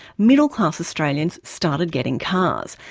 middle-class australians started getting cars,